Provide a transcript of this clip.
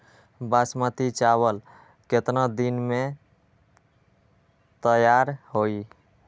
बासमती चावल केतना दिन में तयार होई?